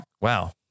Wow